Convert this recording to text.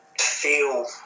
feel